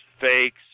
fakes